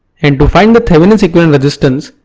and to find the thevenin's equivalent resistance,